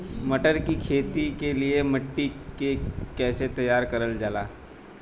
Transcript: मटर की खेती के लिए मिट्टी के कैसे तैयार करल जाला?